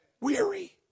Weary